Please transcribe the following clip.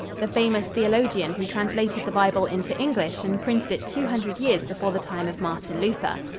the famous theologian who translated the bible into english and printed it two hundred years before the time of martin luther.